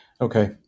Okay